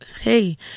Hey